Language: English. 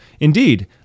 indeed